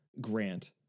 grant